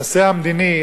הנושא המדיני,